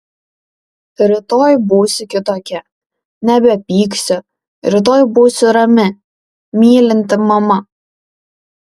rytoj būsiu kitokia nebepyksiu rytoj būsiu rami mylinti mama